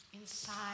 inside